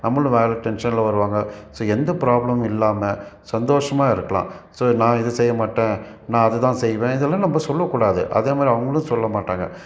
நம்மளும் வேலை டென்ஷன்ல வருவாங்க ஸோ எந்த ப்ராப்ளமும் இல்லாமல் சந்தோஷமாக இருக்கலாம் ஸோ நான் இதை செய்ய மாட்டேன் நான் அதைதான் செய்வேன் இதெல்லாம் நம்ம சொல்லக்கூடாது அதேமாதிரி அவங்களும் சொல்ல மாட்டாங்க